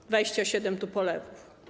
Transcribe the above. To 27 tupolewów.